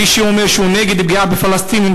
מי שאומר שהוא נגד פגיעה בפלסטינים,